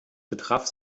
betraf